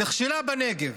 נכשלה בנגב.